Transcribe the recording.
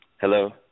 Hello